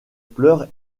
pleurs